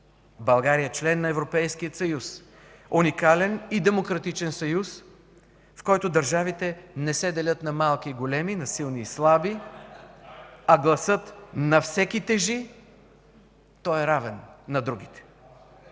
България е член на Европейския съюз – уникален и демократичен съюз, в който държавите не се делят на малки и големи, на силни и слаби (шум и оживление в БСП ЛБ), а гласът на всеки тежи. Той е равен на другите.